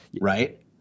right